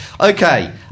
Okay